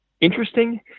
interesting